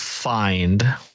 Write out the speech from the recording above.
Find